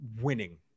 winning